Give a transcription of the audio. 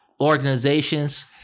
organizations